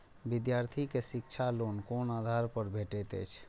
विधार्थी के शिक्षा लोन कोन आधार पर भेटेत अछि?